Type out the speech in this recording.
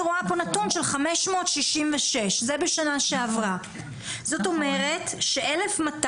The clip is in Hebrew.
זאת אומרת ש-1,200